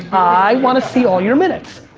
i wanna see all your minutes.